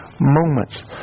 moments